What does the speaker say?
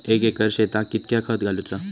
एक एकर शेताक कीतक्या खत घालूचा?